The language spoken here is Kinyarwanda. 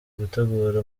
gutegura